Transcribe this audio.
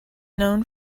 known